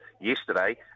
yesterday